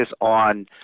on